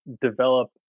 develop